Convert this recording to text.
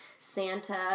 Santa